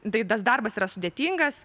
tai tas darbas yra sudėtingas